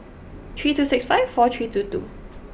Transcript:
three two six five four three two two